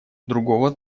другого